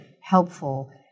helpful